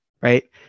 right